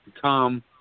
Tom